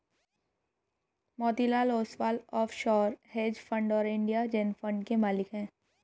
Motilal Oswal offshore hedge fund और India Zen fund के मालिक हैं